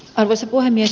arvoisa puhemies